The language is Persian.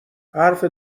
حرف